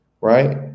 Right